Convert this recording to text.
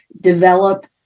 develop